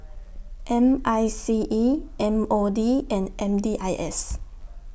M I C E M O D and M D I S